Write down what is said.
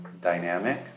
dynamic